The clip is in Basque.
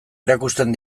erakusten